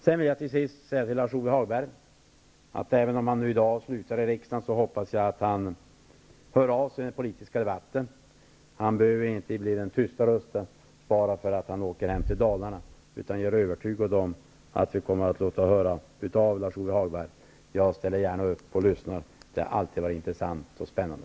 Till sist vill jag till Lars-Ove Hagberg säga att även om han nu slutar i riksdagen hoppas jag att han hör av sig i den politiska debatten. Han behöver ju inte bli den tysta rösten bara för att han åker hem till Dalarna. Jag är övertygad om att vi kommer att få höra av Lars-Ove Hagberg. Jag ställer gärna upp och lyssnar. Det har alltid varit intressant och spännande.